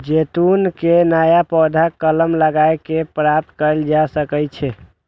जैतून के नया पौधा कलम लगाए कें प्राप्त कैल जा सकै छै